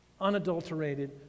unadulterated